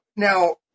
Now